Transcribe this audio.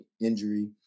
injury